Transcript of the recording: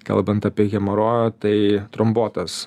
kalbant apie hemorojų tai trombotas